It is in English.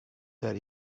that